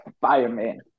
Fireman